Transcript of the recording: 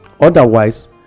otherwise